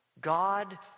God